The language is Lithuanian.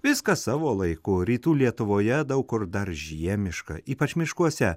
viskas savo laiku rytų lietuvoje daug kur dar žiemiška ypač miškuose